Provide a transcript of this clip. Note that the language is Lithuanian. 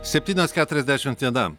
septynios keturiasdešimt viena